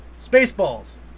Spaceballs